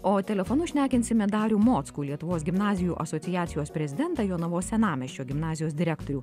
o telefonu šnekinsime darių mockų lietuvos gimnazijų asociacijos prezidentą jonavos senamiesčio gimnazijos direktorių